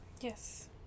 Yes